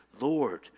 Lord